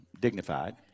dignified